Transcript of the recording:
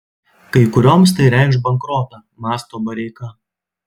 kai kurioms tai reikš bankrotą mąsto bareika